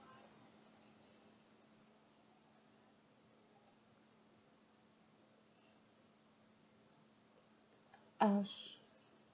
uh